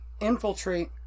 infiltrate